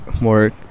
more